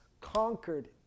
conquered